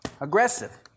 Aggressive